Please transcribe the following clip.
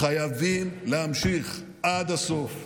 חייבים להמשיך עד הסוף.